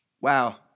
Wow